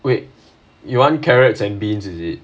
wait you want carrots and beans is it